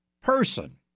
person